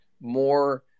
more